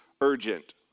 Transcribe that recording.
urgent